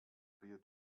clear